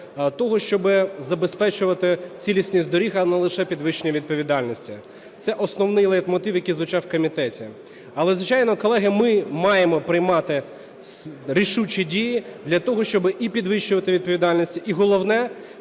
того, щоби забезпечувати цілісність доріг, а не лише підвищення відповідальності. Це основний лейтмотив, який звучав в комітеті. Але, звичайно, колеги, ми маємо приймати рішучі дії для того, щоби і підвищувати відповідальність, і головне